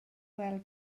weld